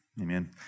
Amen